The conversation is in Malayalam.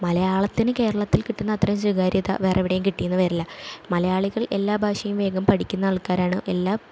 മലയാളത്തിന് കേരളത്തിൽ കിട്ടുന്ന അത്രയും സ്വീകാര്യത വേറെ എവിടെയും കിട്ടി എന്ന് വരില്ല മലയാളികൾ എല്ലാ ഭാഷയും വേഗം പഠിക്കുന്ന ആൾക്കാരാണ് എല്ലാം